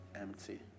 empty